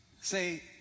say